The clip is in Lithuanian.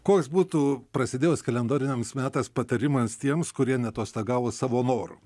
koks būtų prasidėjus kalendoriniams metas patarimas tiems kurie neatostogavo savo noru